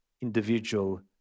individual